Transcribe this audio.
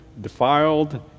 defiled